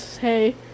hey